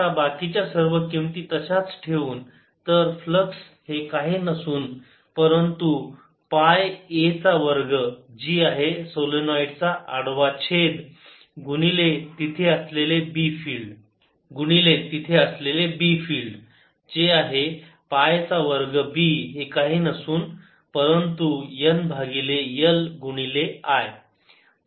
आता बाकीच्या सर्व किमती तशाच ठेवून तर फ्लक्स हे काही नसून परंतु पाय a चा वर्ग जी आहे सोलेनोईड चा आडवा छेद गुणिले तिथे असलेले B फिल्ड जे आहे पाय चा वर्ग B हे काही नसून परंतु N भागिले L गुणिले I